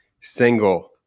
single